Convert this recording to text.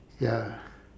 ya